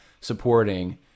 supporting